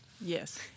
yes